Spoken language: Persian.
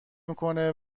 میکنه